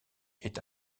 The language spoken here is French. est